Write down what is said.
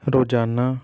ਰੋਜ਼ਾਨਾ